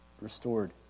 restored